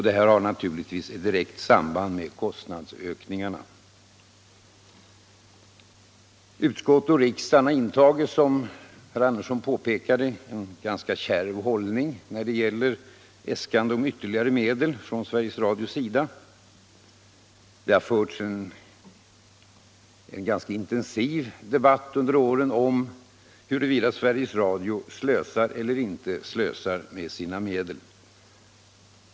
Det har naturligtvis ett direkt samband med kostnadsökningarna. Utskottet och riksdagen har, som herr Andersson påpekade, intagit en tämligen kärv hållning när det gäller Sveriges Radios äskanden om ytterligare medel. Det har förts en ganska intensiv debatt under åren om huruvida Sveriges Radio slösar eller inte slösar med sina medel.